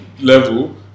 level